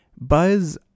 buzz